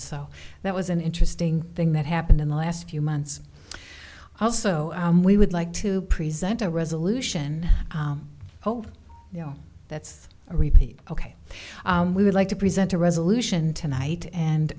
so that was an interesting thing that happened in the last few months also we would like to present a resolution oh you know that's a repeat ok we would like to present a resolution tonight and